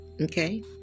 Okay